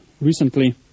recently